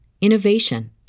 innovation